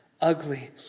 ugly